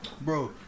Bro